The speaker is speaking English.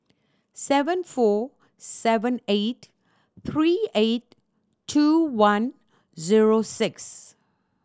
seven four seven eight three eight two one zero six